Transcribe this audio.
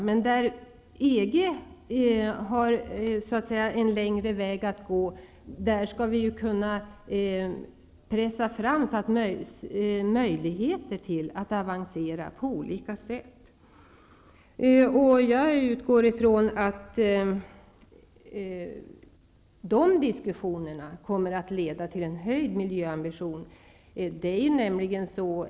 Men där EG-länderna har en längre väg att gå skall vi försöka att på olika sätt pressa fram möjligheter för EG-länderna att avancera. Jag utgår från att dessa diskussioner kommer att leda till en höjd miljöambition.